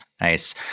nice